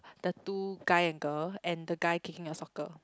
the two guy and girl and the guy kicking a soccer